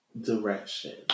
Direction